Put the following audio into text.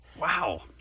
Wow